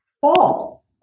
fall